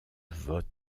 vote